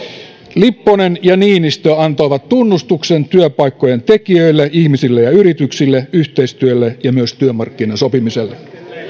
lipponen ja niinistö antoivat tunnustuksen työpaikkojen tekijöille ihmisille ja yrityksille yhteistyölle ja myös työmarkkinasopimiselle